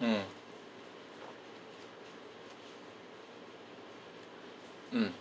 mm mm